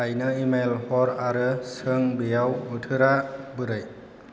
आइनो इमेल हर आरो सों बेयाव बोथोरा बोरै